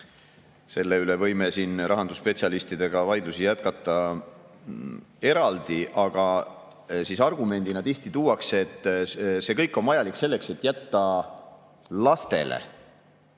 Selle üle võime siin rahandusspetsialistidega vaidlusi jätkata eraldi, aga argumendina tihti tuuakse, et see kõik on vajalik selleks, et jätta lastele